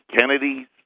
Kennedys